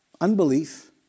Unbelief